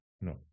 no